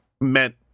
meant